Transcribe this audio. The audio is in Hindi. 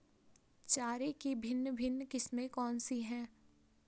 चारे की भिन्न भिन्न किस्में कौन सी हैं?